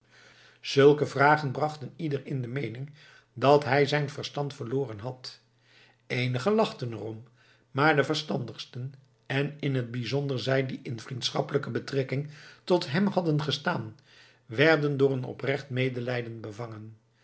zulke vragen brachten ieder in de meening dat hij zijn verstand verloren had eenigen lachten erom maar de verstandigsten en in t bijzonder zij die in vriendschappelijke betrekking tot hem hadden gestaan werden door een oprecht medelijden bevangen